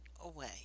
away